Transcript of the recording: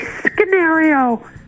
scenario